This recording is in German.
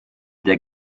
der